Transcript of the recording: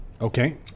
Okay